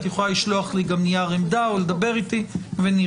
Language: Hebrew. את יכולה לשלוח לי גם נייר עמדה ולדבר איתי ונראה.